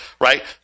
right